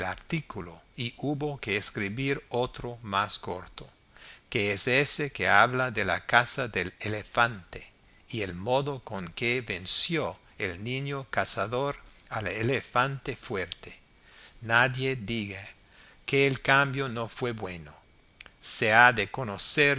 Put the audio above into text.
artículo y hubo que escribir otro más corto que es ese que habla de la caza del elefante y el modo con que venció el niño cazador al elefante fuerte nadie diga que el cambio no fue bueno se ha de conocer